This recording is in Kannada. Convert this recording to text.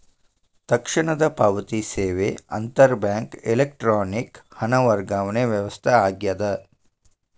ತಕ್ಷಣದ ಪಾವತಿ ಸೇವೆ ಅಂತರ್ ಬ್ಯಾಂಕ್ ಎಲೆಕ್ಟ್ರಾನಿಕ್ ಹಣ ವರ್ಗಾವಣೆ ವ್ಯವಸ್ಥೆ ಆಗ್ಯದ